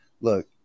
look